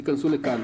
הם ייכנסו לכאן.